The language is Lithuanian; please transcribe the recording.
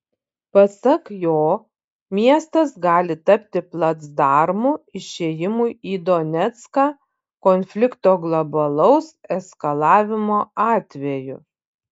pasak jo miestas gali tapti placdarmu išėjimui į donecką konflikto globalaus eskalavimo atveju